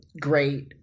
great